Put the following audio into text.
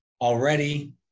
already